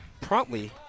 promptly